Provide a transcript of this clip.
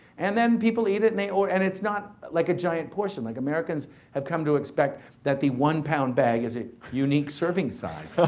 and then people eat it and they order, and it's not like a giant portion. like americans have come to expect that the one pound bag is a unique serving size.